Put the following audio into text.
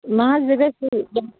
نہ حظ یہِ گژھِ